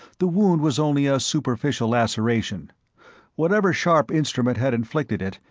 the wound was only a superficial laceration whatever sharp instrument had inflicted it,